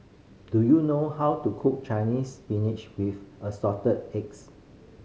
do you know how to cook Chinese Spinach with Assorted Eggs